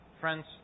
Friends